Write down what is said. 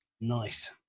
Nice